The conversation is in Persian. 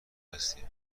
هستیم